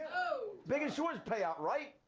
big insurance payout, right?